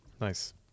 Nice